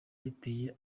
riteye